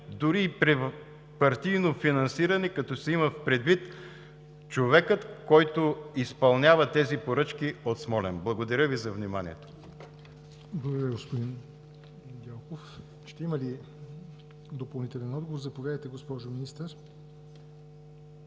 дори партийно финансиране, като се има предвид човекът, който изпълнява тези поръчки от Смолян. Благодаря Ви за вниманието. ПРЕДСЕДАТЕЛ ЯВОР НОТЕВ: Благодаря Ви, господин Недялков. Ще има ли допълнителен отговор? Заповядайте, госпожо Министър,